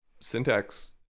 syntax